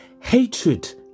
Hatred